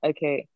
Okay